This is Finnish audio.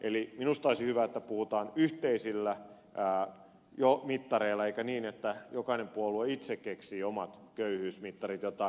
eli minusta olisi hyvä että puhutaan yhteisillä mittareilla eikä niin että jokainen puolue itse keksii omat köyhyysmittarinsa kuten ilmeisesti ed